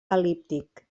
el·líptic